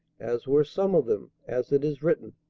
as were some of them as it is written,